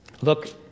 look